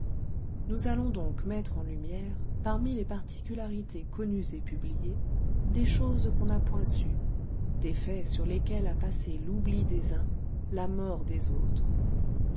nous allons donc mettre en lumière parmi les particularités connues et publiées des choses qu'on n'a point sues des faits sur lesquels a passé l'oubli des uns la mort des autres